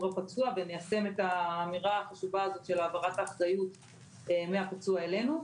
הפצוע וניישם את האמירה החשובה הזאת של העברת האחריות מהפצוע אלינו.